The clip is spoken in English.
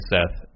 Seth